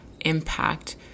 impact